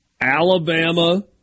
Alabama